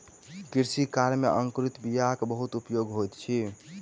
कृषि कार्य में अंकुरित बीयाक बहुत उपयोग होइत अछि